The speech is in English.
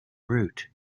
route